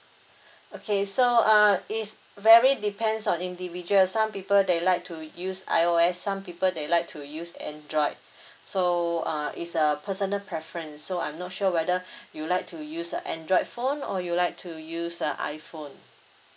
okay so uh it's very depends on individual some people they like to use I_O_S some people they like to use Android so uh it's a personal preference so I'm not sure whether you would like to use a Android phone or you would like to use a iPhone